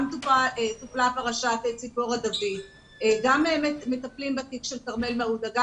גם טופלה פרשת ציפורה דוד וגם מטפלים בתיק של כרמל מעודה.